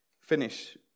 finish